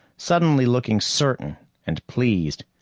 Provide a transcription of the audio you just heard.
suddenly looking certain and pleased.